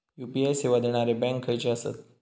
UPI सेवा देणारे bank खयचे आसत?